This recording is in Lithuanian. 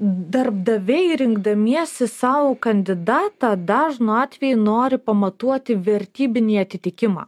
darbdaviai rinkdamiesi sau kandidatą dažnu atveju nori pamatuoti vertybinį atitikimą